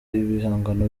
ibihangano